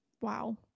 Wow